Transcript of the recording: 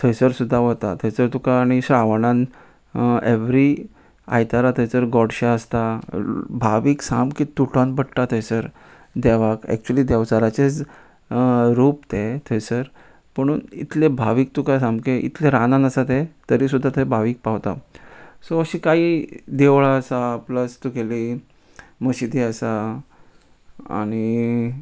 थंयसर सुद्दां वता थंयसर तुका आनी श्रावणान एवरी आयतारा थंयसर गोडशें आसता भावीक सामकें तुटोन पडटा थंयसर देवाक एक्चुली देवचाराचे रूप ते थंयसर पूण इतले भावीक तुका सामके इतले रानान आसा ते तरी सुद्दां थंय भावीक पावता सो अशी कांय देवळां आसा प्लस तुगेली मशीदी आसा आनी